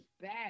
bad